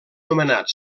nomenat